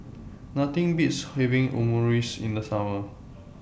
Nothing Beats having Omurice in The Summer